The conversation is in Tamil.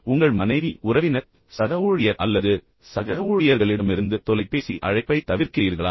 உங்கள் மனைவி அல்லது உறவினர் அல்லது சக ஊழியர் அல்லது சக ஊழியர்களிடமிருந்து தொலைபேசி அழைப்பைத் தவிர்க்கிறீர்களா